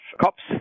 cops